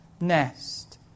nest